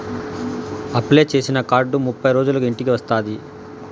apply చేసిన card ముప్పై రోజులకు ఇంటికి వస్తాది